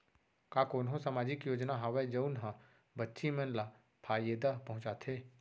का कोनहो सामाजिक योजना हावय जऊन हा बच्ची मन ला फायेदा पहुचाथे?